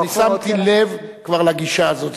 אני שמתי לב כבר לגישה הזאת.